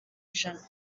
ijana